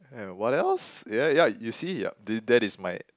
and what else ya ya you see yup that that is my